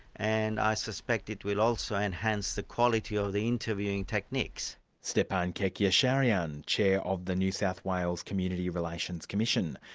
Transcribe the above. and i suspect it will also enhance the quality of the interviewing techniques. stepan kerkyasharian, the chair of the new south wales community relations commission.